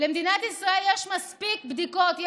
למדינת ישראל יש מספיק בדיקות,